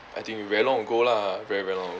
I think very long ago lah very very long